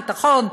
ביטחון,